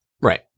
Right